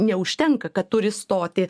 neužtenka kad turi stoti